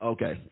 Okay